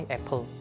Apple